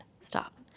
stop